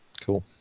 Cool